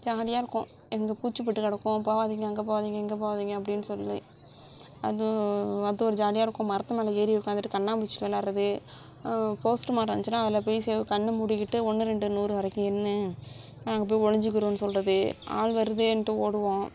ஜாலியாக இருக்கும் எங்கே பூச்சி பட்டு கிடக்கும் போகாதீங்க அங்கே போகாதீங்க இங்கே போகாதீங்க அப்படின்னு சொல்லி அது அது ஒரு ஜாலியாக இருக்கும் மரத்து மேலே ஏறி உக்கார்ந்துட்டு கண்ணாம்மூச்சி விளாட்றது போஸ்ட்டு மரம் இருந்துச்சினா அதில போய் கண்ணை மூடிக்கிட்டு ஒன்று ரெண்டு நூறு வரைக்கும் எண்ணு நாங்கள் போய் ஒளிஞ்சிக்கிறோம்னு சொல்றது ஆள் வருதேனுட்டு ஓடுவோம்